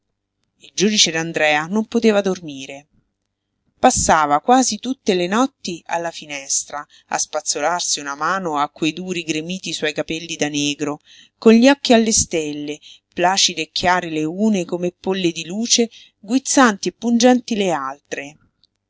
il giudice d'andrea non poteva dormire passava quasi tutte le notti alla finestra a spazzolarsi una mano a quei duri gremiti suoi capelli da negro con gli occhi alle stelle placide e chiare le une come polle di luce guizzanti e pungenti le altre